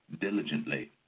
diligently